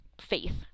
faith